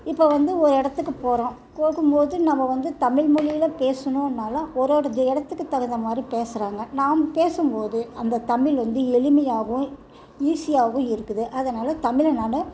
இப்போ வந்து ஒரு இடத்துக்கு போகிறோம் போகும்போது நம்ம வந்து தமிழ்மொழியில் பேசணுன்னாலும் ஒரு ஒரு இடத்துக்கு தகுந்தமாதிரி பேசுகிறாங்க நாம் பேசும்போது அந்த தமிழ் வந்து எளிமையாகவும் ஈஸியாகவும் இருக்குது அதனால் தமிழை நான்